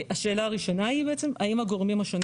השאלה הראשונה היא האם הגורמים השונים